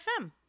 FM